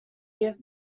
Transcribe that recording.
give